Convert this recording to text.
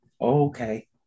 okay